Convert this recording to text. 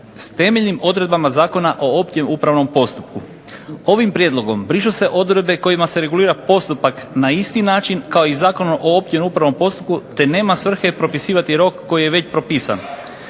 s temeljnim odredbama Zakona o općem upravnom postupku. Ovim prijedlogom brišu se odredbe kojima se regulira postupak na isti način, kao i Zakonom o općem upravnom postupku, te nema svrhe propisivati rok koji je već propisan.